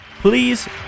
Please